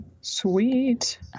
Sweet